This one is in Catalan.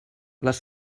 les